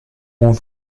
more